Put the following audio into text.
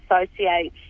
associate